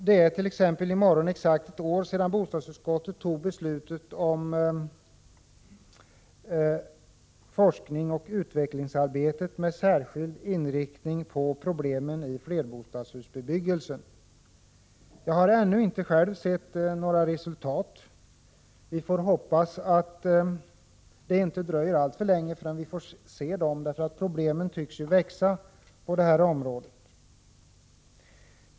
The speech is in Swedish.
Det är i morgon exakt ett år sedan bostadsutskottet tog beslutet om forskningsoch utvecklingsarbete med särskild inriktning på problemen i flerbostadshusbebyggelse. Jag har ännu inte själv sett några resultat. Vi får hoppas att det inte dröjer alltför länge innan vi får se några sådana. Problemen tycks ju växa på det här området.